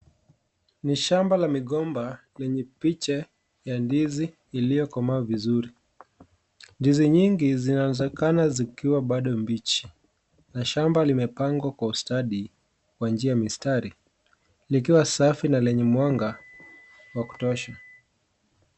Ni shamba la migomba lenye picha ya ndizi iliyokomaa vizuri. Ndizi nyingi zinaanzikana zikiwa bado mbichi. Na shamba limepangwa kwa njia ya ustadi, kwa njia ya mistari, likiwa safi na lenye mwanga wa kutosha.